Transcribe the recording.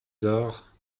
door